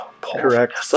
Correct